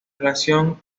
relación